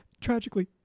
tragically